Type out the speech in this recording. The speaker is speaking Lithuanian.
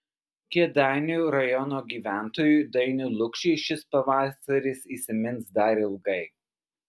kėdainių rajono gyventojui dainiui lukšiui šis pavasaris įsimins dar ilgai